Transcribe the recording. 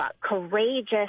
courageous